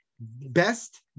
best